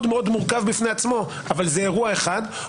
מאוד מרכב בפני עצמו אבל זה אירוע אחד.